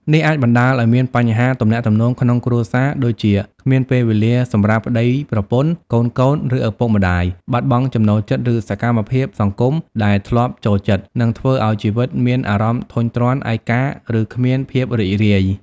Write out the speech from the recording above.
នេះអាចបណ្តាលឱ្យមានបញ្ហាទំនាក់ទំនងក្នុងគ្រួសារ ដូចជា គ្មានពេលវេលាសម្រាប់ប្តី/ប្រពន្ធ កូនៗ ឬឪពុកម្តាយ បាត់បង់ចំណូលចិត្ត ឬសកម្មភាពសង្គមដែលធ្លាប់ចូលចិត្ត និងធ្វើឱ្យជីវិតមានអារម្មណ៍ធុញទ្រាន់ ឯកា ឬគ្មានភាពរីករាយ។